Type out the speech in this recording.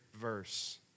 Verse